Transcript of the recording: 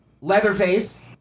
Leatherface